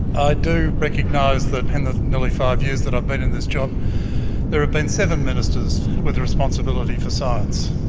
ah do recognise that in the nearly five years that i've been in this job there have been seven ministers with responsibility for science.